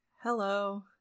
Hello